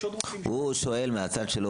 יש עוד רופאים --- הוא שואל מהצד שלו